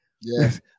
Yes